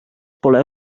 pole